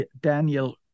Daniel